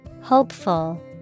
Hopeful